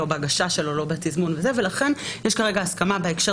לא בהגשה שלו ולא בתזמון ולכן יש כרגע הסכמה בהקשר